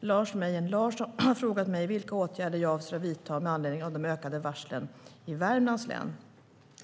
Lars Mejern Larsson har frågat mig vilka åtgärder jag avser att vidta med anledning av det ökande antalet varsel i Värmlands län.